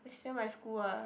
is near my school ah